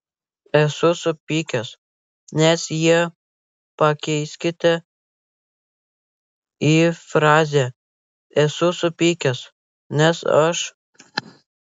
esu supykęs nes jie pakeiskite į frazę esu supykęs nes aš